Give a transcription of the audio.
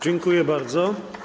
Dziękuję bardzo.